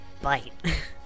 bite